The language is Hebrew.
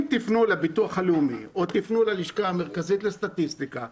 אם תפנו לביטוח לאומי או ללשכה המרכזית לסטטיסטיקה ותגידו: